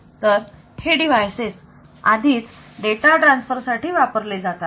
तर हे डिव्हाइसेस आधीच डेटा ट्रान्सफर साठी वापरले जातात